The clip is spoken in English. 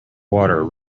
water